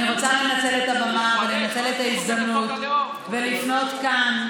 אני רוצה לנצל את הבמה ולנצל את ההזדמנות ולפנות כאן,